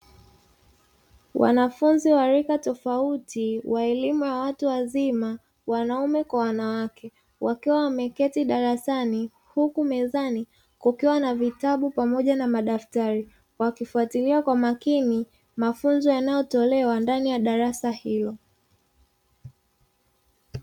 Wanafunzi wa rika tofauti wa elimu ya watu wazima wanaume kwa wanawake, wakiwa wameketi darasani, huku mezani kukiwa na vitabu pamoja na madaftari, wakifuatilia kwa makini mafunzo yanayotolewa ndani ya darasa hilo.